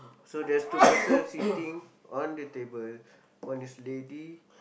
so there's two person sitting on the table one is lady